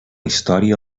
història